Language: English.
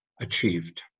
achieved